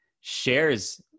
shares